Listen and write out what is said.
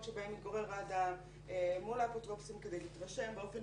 שבהם מתגורר האדם מול האפוטרופוסים כדי להתרשם באופן